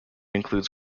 includes